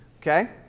okay